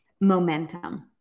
momentum